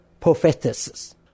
prophetesses